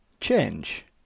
change